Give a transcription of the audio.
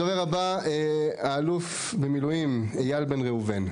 הדובר הבא האלוף במילואים איל בן ראובן.